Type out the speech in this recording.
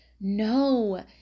No